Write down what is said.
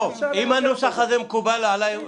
הנוסח הזה מקובל עלי.